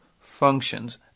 functions